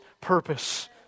purpose